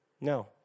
no